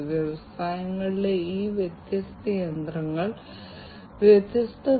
അതിനാൽ വാതകങ്ങളുടെ നിരീക്ഷണം നടത്താൻ പോകുന്ന നിയന്ത്രണ കേന്ദ്രത്തിലേക്ക് ഇത് അയയ്ക്കാൻ പോകുന്നു